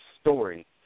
story